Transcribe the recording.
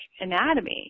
anatomy